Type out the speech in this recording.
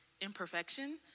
imperfection